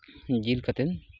ᱡᱤᱞ ᱠᱟᱛᱮᱫ